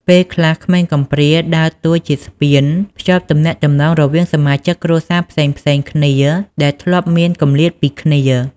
ពេលខ្លះក្មេងកំព្រាដើរតួជាស្ពានភ្ជាប់ទំនាក់ទំនងរវាងសមាជិកគ្រួសារផ្សេងៗគ្នាដែលធ្លាប់មានគម្លាតពីគ្នា។